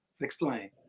Explain